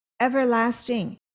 everlasting